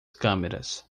câmeras